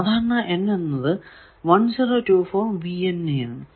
സാധാരണ n എന്നത് 1024 VNA ആണ്